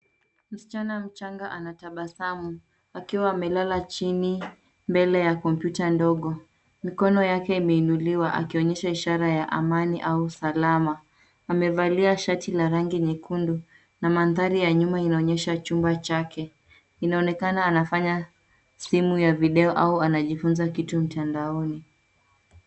Msichana mchanga anatabasamu, akiwa amelala chini mbele ya kompyuta ndogo. Mkono yake imeinuliwa akionyesha ishara ya amani au usalama. Amevalia shati la rangi nyekundu na mandhari ya nyuma inaonyesha chumba chake. Inaonekana anafanya simu ya video au anajifunza kitu mtandaoni.